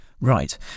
Right